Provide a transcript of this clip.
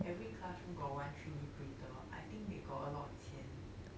every classroom got one three D printer I think they got a lot of 钱